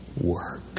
work